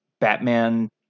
Batman